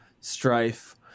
strife